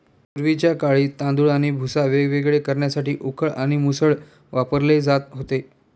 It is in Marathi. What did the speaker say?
पूर्वीच्या काळी तांदूळ आणि भुसा वेगवेगळे करण्यासाठी उखळ आणि मुसळ वापरले जात होते